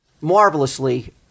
marvelously